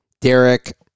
derek